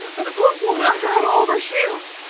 but the pulse will knock out all of our shields!